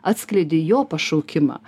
atskleidi jo pašaukimą